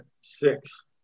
six